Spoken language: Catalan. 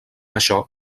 això